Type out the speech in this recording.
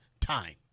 time